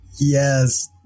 Yes